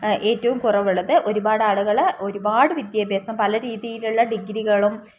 ഏറ്റവും കുറവുള്ളത് ഒരുപാട് ആളുകൾ ഒരുപാട് വിദ്യാഭ്യാസം പല രീതിയിലുള്ള ഡിഗ്രികളും